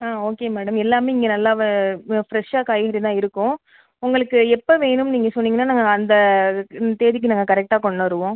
ஆ okay madam எல்லாமே இங்கே நல்ல ஃப்ரெஷ்ஷாக காய்கறிலாம் இருக்கும் உங்களுக்கு எப்போ வேணும்னு நீங்கள் சொன்னிங்கனா நாங்கள் அந்த இது தேதிக்கு நாங்கள் கரெக்டாக கொண்டு வருவோம்